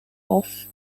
off